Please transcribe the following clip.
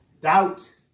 Doubt